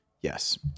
Yes